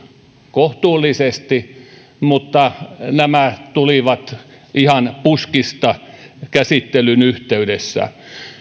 kohtuullisesti mutta nämä tulivat ihan puskista käsittelyn yhteydessä